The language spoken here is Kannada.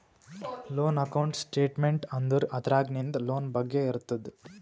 ಲೋನ್ ಅಕೌಂಟ್ ಸ್ಟೇಟ್ಮೆಂಟ್ ಅಂದುರ್ ಅದ್ರಾಗ್ ನಿಂದ್ ಲೋನ್ ಬಗ್ಗೆ ಇರ್ತುದ್